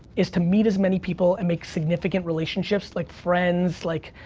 is to meet as many people and make significant relationships, like friends, like,